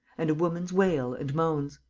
and a woman's wail and moans.